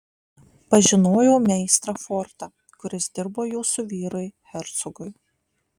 pažinojau meistrą fortą kuris dirbo jūsų vyrui hercogui